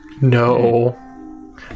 No